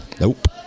Nope